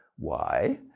why?